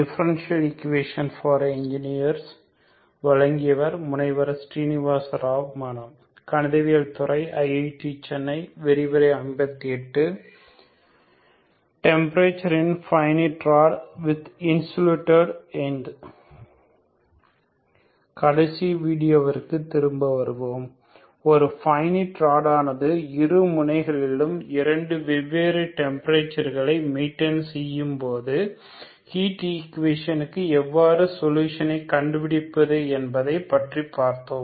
temperature in finite rod with insulated ends கடைசி வீடியோவிற்கு திரும்பவும் வருவோம் ஒரு பைனிட் ராடானது இரு முனைகளிலும் இரண்டு வெவ்வேறு டெம்ப்ரேச்சர்களை மெய்டைன்ட் செய்யும்போது ஹீட் ஈக்குவேஷனுக்கு எவ்வாறு சொல்யூஷனை கண்டுபிடிப்பது என்பதைப் பற்றிப் பார்த்தோம்